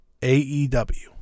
AEW